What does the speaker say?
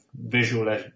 visual